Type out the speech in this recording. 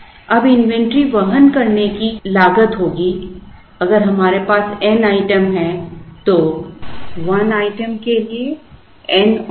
अब इन्वेंटरी वहन करने की लागत होगी अगर मेरे पास n आइटम है तो 1 आइटम के लिए n ऑर्डर